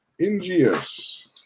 NGS